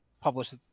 publish